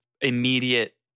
immediate